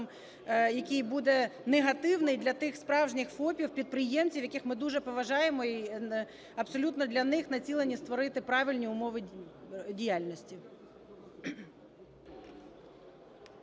який буде негативним, для тих справжніх ФОПів підприємців, яких ми дуже поважаємо і абсолютно для них націлені створити правильні умови діяльності.